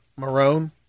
Marone